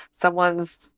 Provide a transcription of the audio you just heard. someone's